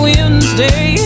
Wednesday